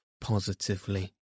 positively